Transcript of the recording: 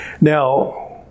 Now